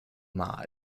马里科帕